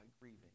grieving